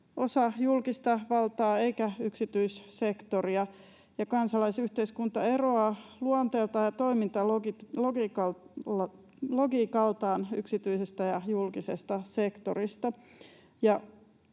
osa julkista valtaa eikä yksityissektoria, ja kansalaisyhteiskunta eroaa luonteeltaan ja toimintalogiikaltaan yksityisestä ja julkisesta sektorista.